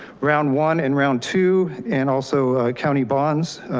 round one and round two and also county bonds,